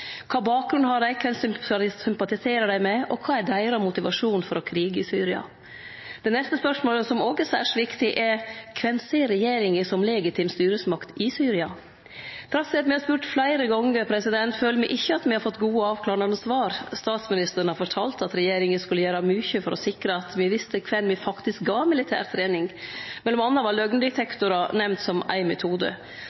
Kva bakgrunn har dei, kven sympatiserer dei med, og kva er deira motivasjon for å krige i Syria? Det neste spørsmålet som òg er særs viktig, er: Kven ser regjeringa som legitim styresmakt i Syria? Trass i at me har spurt fleire gonger, føler me ikkje at me har fått gode, avklarande svar. Statsministeren har fortalt at regjeringa skulle gjere mykje for å sikre at me visste kven vi faktisk gav militær trening. Mellom anna var